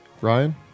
Ryan